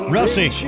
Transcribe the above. Rusty